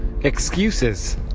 excuses